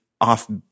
off